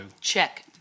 Check